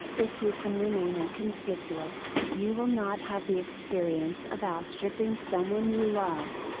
if you can remain inconspicuous, you will not have the experience of outstripping someone you love.